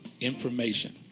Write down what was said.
Information